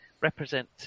represent